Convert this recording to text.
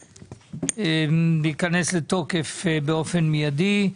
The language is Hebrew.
שייכנס לתוקף באופן מידי.